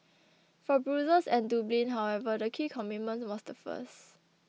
for Brussels and Dublin however the key commitment was the first